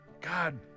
God